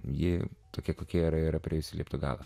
ji tokia kokia ir prieis liepto galą